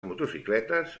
motocicletes